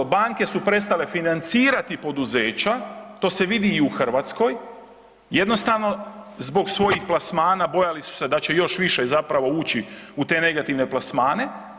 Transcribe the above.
Banke su prestale financirati poduzeća, to se vidi i u Hrvatskoj, jednostavno zbog svojih plasmana, bojali su se da će još više zapravo ući u te negativne plasmane.